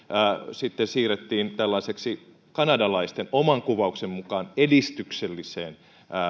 siirrettiin kanadalaisten oman kuvauksen mukaan tällaiseen edistykselliseen